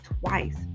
twice